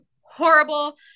horrible